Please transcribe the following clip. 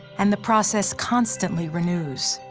and the process constantly renews.